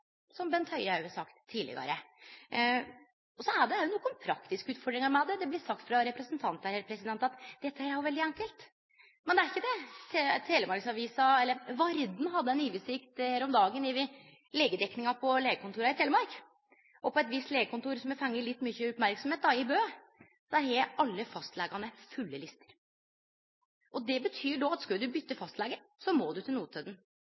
som Bent Høie òg har sagt tidlegare. Så er det òg nokre praktiske utfordringar med dette. Det blir sagt frå representantar her at dette er veldig enkelt. Men det er ikkje det. Telemarksavisa Varden hadde ei oversikt her om dagen over legedekninga på legekontora i Telemark. På eit visst legekontor som har fått litt mykje merksemd, i Bø, har alle fastlegane fulle lister. Det betyr at skal du byte fastlege, må du til Notodden